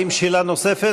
האם יש שאלה נוספת?